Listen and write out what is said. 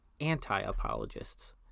anti-apologists